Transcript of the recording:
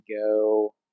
go